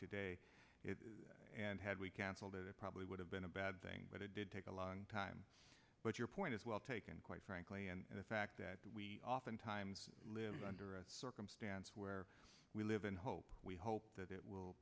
today and had we canceled it it probably would have been a bad thing but it did take a long time but your point is well taken quite frankly and the fact that we oftentimes live under a circumstance where we live in hope we hope that it will